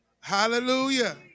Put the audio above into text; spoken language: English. Hallelujah